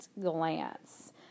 glance